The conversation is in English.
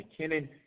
McKinnon